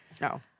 No